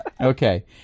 okay